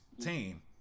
team